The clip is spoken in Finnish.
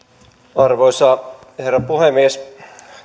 arvoisa herra puhemies